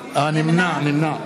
נמנע, אמרתי נמנע.